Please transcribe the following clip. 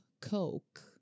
Coke